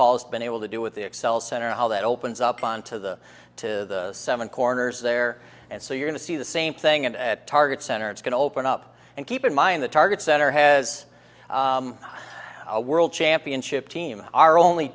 paul's been able to do with the excel center and how that opens up on to the to seven corners there and so you're going to see the same thing and at target center it's going to open up and keep in mind the target center has a world championship team are only